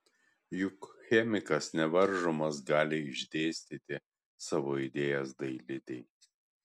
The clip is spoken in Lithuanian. juk chemikas nevaržomas gali išdėstyti savo idėjas dailidei